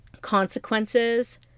consequences